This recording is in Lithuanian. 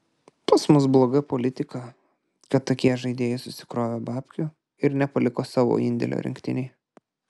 pas mus bloga politika kad tokie žaidėjai susikrovė babkių ir nepaliko savo indėlio rinktinei